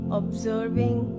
observing